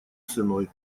ценой